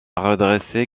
redresser